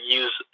use